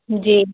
जी